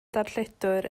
darlledwr